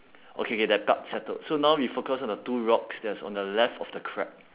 okay okay that part settled so now we focus on the two rocks that is on the left of the crab